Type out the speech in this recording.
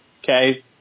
Okay